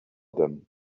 them